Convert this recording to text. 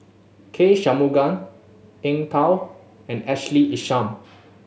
K Shanmugam Eng Tow and Ashley Isham